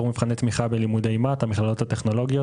מבחני תמיכה בלימודי המכללות הטכנולוגיות,